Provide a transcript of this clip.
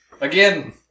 Again